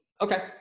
Okay